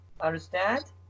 Understand